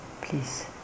Please